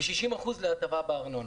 ו-60% להטבה בארנונה.